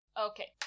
Okay